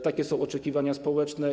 Takie są oczekiwania społeczne.